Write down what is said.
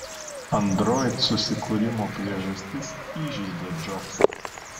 android susikūrimo priežastis įžeidė džobsą